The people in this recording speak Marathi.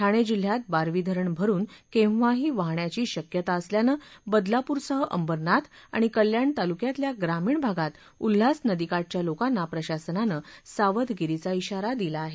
ठाणे जिल्ह्यात बारवी धरण भरून केव्हाही वाहण्याची शक्यता असल्यानं बदलापूरसह अंबरनाथ आणि कल्याण तालुक्यातल्या ग्रामीण भागात उल्हास नदीकाठच्या लोकांना प्रशासनानं सावधगिरीचा इशारा दिला आहे